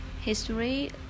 History